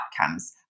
outcomes